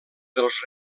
dels